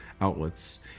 outlets